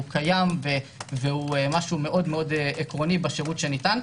קיים והוא מאוד עקרוני בשירות שניתן.